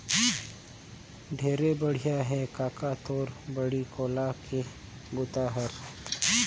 ढेरे बड़िया हे कका तोर बाड़ी कोला के बूता हर